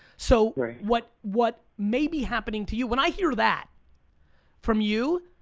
so what what may be happening to you, when i hear that from you,